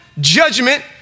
judgment